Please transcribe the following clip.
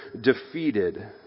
defeated